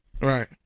Right